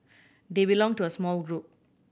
they belong to a small group